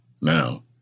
Now